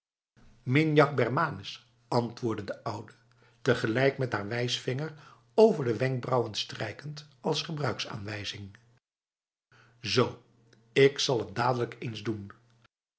minjak bermanis antwoordde de oude tegelijk met haar wijsvingers over de wenkbrauwen strijkend als gebruiksaanwijzing zo ik zal het dadelijk eens doen